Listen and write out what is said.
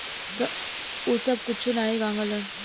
उ सब कुच्छो नाही माँगलन